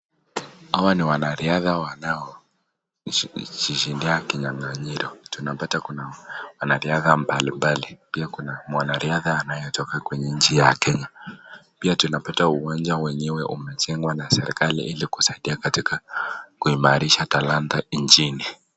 Hawa ni wanariadha wanao shindania kinyang'anyiro. Tunapata kuna wanariadha mbalimbali. Pia kuna mwanariadha anayetoka kwenye nchi ya Kenya. Pia tunapata uwanja wenyewe umejengwa na serikali ili kusaidia katika kuimarisha talanta nchini.